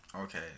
Okay